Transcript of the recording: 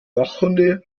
wachhunde